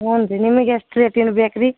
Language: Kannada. ಹ್ಞೂಂ ರೀ ನಿಮ್ಗೆ ಎಷ್ಟು ರೇಟಿನ್ ಬೇಕು ರೀ